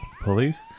police